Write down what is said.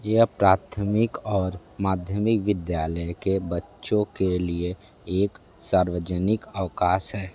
यह प्राथमिक और माध्यमिक विद्यालय के बच्चों के लिए एक सार्वजनिक अवकाश है